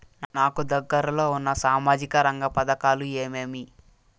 నాకు దగ్గర లో ఉన్న సామాజిక రంగ పథకాలు ఏమేమీ?